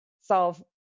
solve